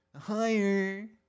Higher